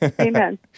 Amen